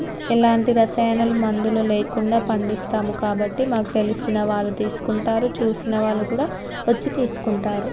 ఎలాంటి రసాయనాలు మందులు లేకుండా పండిస్తాము కాబట్టి మాకు తెలిసిన వాళ్ళు తీసుకుంటారు చూసిన వాళ్ళు కూడా వచ్చి తీసుకుంటారు